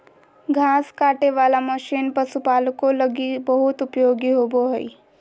घास काटे वाला मशीन पशुपालको लगी बहुत उपयोगी होबो हइ